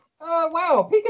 wow